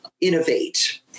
innovate